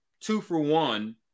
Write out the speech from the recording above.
two-for-one